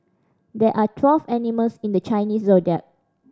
there are twelve animals in the Chinese Zodiac